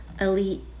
elite